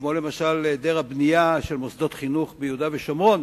כמו למשל העדר הבנייה של מוסדות חינוך ביהודה ושומרון,